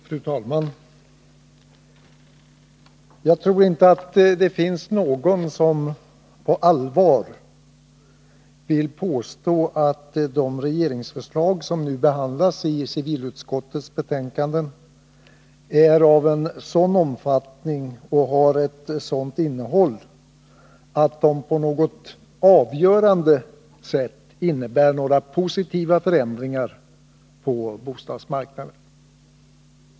Fru talman! Jag tror inte att det finns någon som på allvar vill påstå att de regeringsförslag som nu behandlas i civilutskottets betänkanden är av en sådan omfattning och har ett sådant innehåll att de på något avgörande sätt innebär några positiva förändringar på bostadsmarknaden.